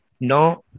No